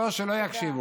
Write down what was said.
לא, שלא יקשיבו.